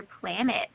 planet